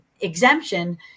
exemption